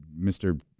Mr